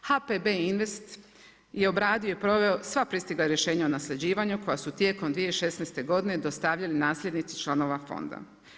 HPB Invest je obradio i proveo sva pristigla rješenja o nasljeđivanju koja su tijekom 2016. godine dostavili nasljednici članova fonda.